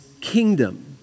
kingdom